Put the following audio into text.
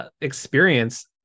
Experience